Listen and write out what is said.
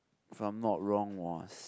if i'm not wrong was